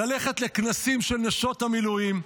ללכת לכנסים של נשות המילואים,